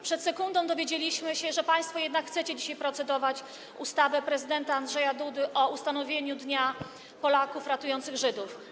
Przed sekundą dowiedzieliśmy się, że państwo jednak chcecie dzisiaj procedować nad ustawą prezydenta Andrzeja Dudy o ustanowieniu dnia Polaków ratujących Żydów.